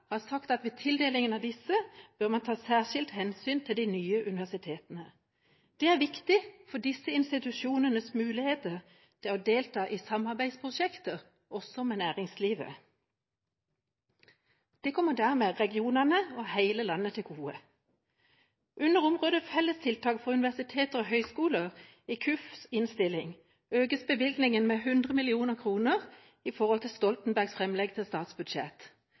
har sagt at ved tildelingen av disse bør man ta særskilt hensyn til de nye universitetene. Det er viktig for disse institusjonenes muligheter til å delta i samarbeidsprosjekter også med næringslivet. Det kommer dermed regionene og hele landet til gode. Under området Felles tiltak for universiteter og høyskoler i Kirke-, utdannings- og forskningskomiteens innstilling økes bevilgningen med 100 mill. kr i forhold til Stoltenbergs framlegg til statsbudsjett.